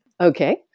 Okay